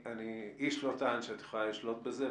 איש לא טען שאת יכולה לשלוט בזה.